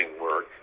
work